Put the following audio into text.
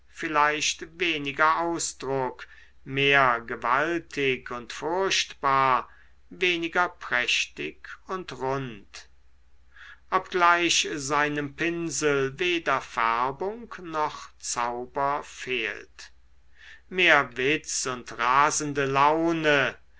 vielleicht weniger ausdruck mehr gewaltig und furchtbar weniger prächtig und rund obgleich seinem pinsel weder färbung noch zauber fehlt mehr witz und rasende laune